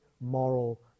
moral